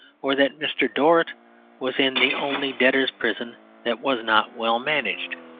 or that mr. dorrit was in the only debtors' prison that was not well managed.